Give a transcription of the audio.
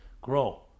grow